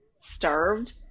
starved